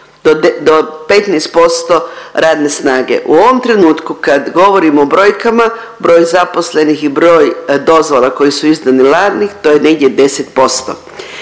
do 15% radne snage. U ovom trenutku kad govorimo o brojkama, broj zaposlenih i broj dozvola koji su izdani lani to je negdje 10%